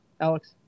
Alex